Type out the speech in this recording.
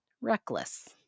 reckless